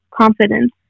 confidence